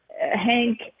Hank